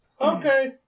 Okay